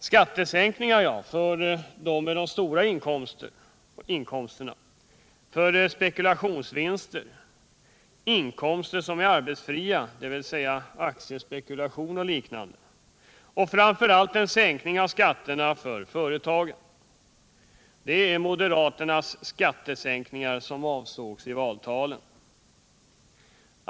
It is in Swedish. Skattesänkningar för stora inkomster, för spekulationsvinster, för inkomster som är arbetsfria — dvs. inkomster från aktiespekulation o. d. —- och framför allt en sänkning av skatterna för företagen, det är moderaternas skattesänkningar som avsågs i valtalen.